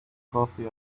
coffee